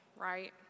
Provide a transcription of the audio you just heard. right